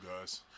guys